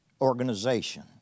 organization